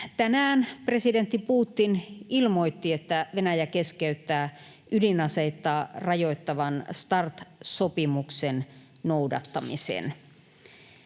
tänään presidentti Putin ilmoitti, että Venäjä keskeyttää ydinaseita rajoittavan Start-sopimuksen noudattamisen.